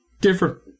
different